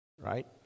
Right